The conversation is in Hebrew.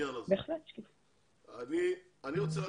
אני רוצה לדעת.